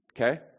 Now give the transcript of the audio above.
Okay